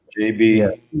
JB